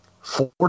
four